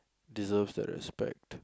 deserves that respect